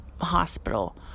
hospital